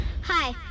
Hi